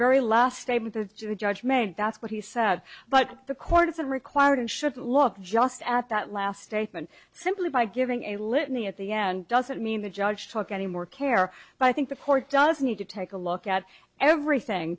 very last statement the judge made that's what he said but the court isn't required and should look just at that last statement simply by giving a litany at the end doesn't mean the judge took any more care but i think the court does need to take a look at everything